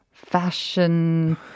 Fashion